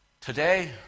Today